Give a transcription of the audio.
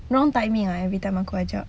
wrong timing lah everytime aku ajak